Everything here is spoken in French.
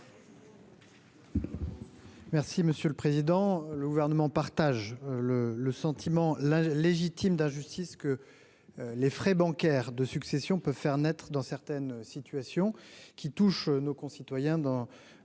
monsieur le président. Le gouvernement partage le le sentiment la légitime d'injustice que. Les frais bancaires de succession peut faire naître dans certaines situations qui touche nos concitoyens